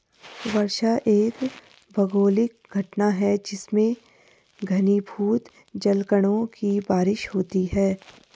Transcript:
वर्षा एक भौगोलिक घटना है जिसमें घनीभूत जलकणों की बारिश होती है